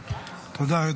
תודה.